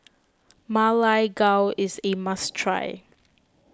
Ma Lai Gao is a must try